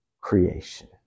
creation